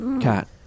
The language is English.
Cat